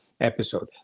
episode